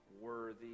worthy